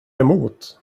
emot